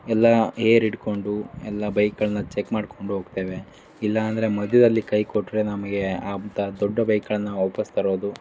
ಎಲ್ಲ ಏರ್ ಇಟ್ಕೊಂಡು ಎಲ್ಲ ಬೈಕ್ಗಳನ್ನ ಚೆಕ್ ಮಾಡ್ಕೊಂಡು ಹೋಗ್ತೇವೆ ಇಲ್ಲ ಅಂದರೆ ಮಧ್ಯದಲ್ಲಿ ಕೈ ಕೊಟ್ಟರೆ ನಮಗೆ ಅಂತ ದೊಡ್ಡ ಬೈಕ್ಗಳನ್ನು ವಾಪಸ್ ತರೋದು